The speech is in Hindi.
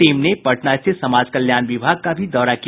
टीम ने पटना स्थित समाज कल्याण विभाग का भी दौरा किया